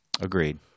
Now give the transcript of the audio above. Agreed